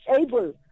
able